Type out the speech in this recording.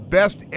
best